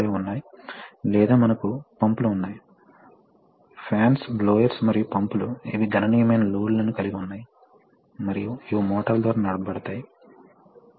instructional objectives కి వద్దాం పాఠం నేర్చుకున్న తరువాత మీరు న్యూమాటిక్ సిస్టమ్ యెక్క ప్రిన్సిపుల్స్ ఆపరేషన్ మరియు దాని ప్రయోజనాలను అర్థం చేసుకోగలరు మరియు న్యూమాటిక్ కంపోనెంట్స్ వివరించబడింది